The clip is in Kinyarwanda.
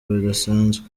bidasanzwe